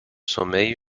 sommeil